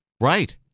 right